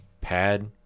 Pad